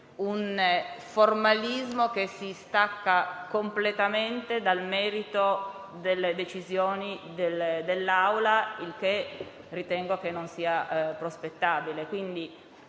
un formalismo che si stacca completamente dal merito delle decisioni dell'Assemblea, il che ritengo che non sia prospettabile.